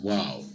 Wow